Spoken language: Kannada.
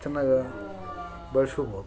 ಚೆನ್ನಾಗಿ ಬೆಳೆಸ್ಕೋಬೋದು